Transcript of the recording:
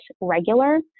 regular